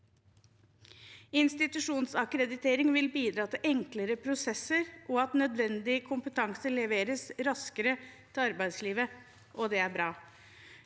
Institusjonsakkreditering vil bidra til enklere prosesser og at nødvendig kompetanse leveres raskere til arbeidslivet. Det er bra.